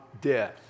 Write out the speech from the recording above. death